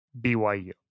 byu